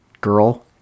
girl